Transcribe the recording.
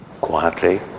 quietly